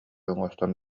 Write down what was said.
оҥостон